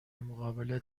مقابل